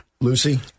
Lucy